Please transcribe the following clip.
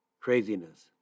craziness